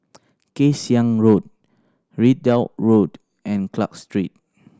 Kay Siang Road Ridout Road and Clarke Street